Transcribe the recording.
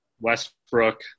Westbrook